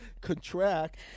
contract